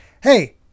Hey